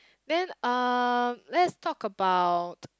then um let's talk about